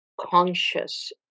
conscious